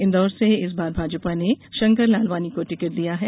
इंदौर से इस बार भाजपा ने शंकर लालवानी को टिकट दिया है